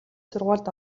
сургуульд